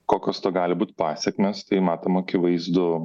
kokios to gali būt pasekmės tai matom akivaizdu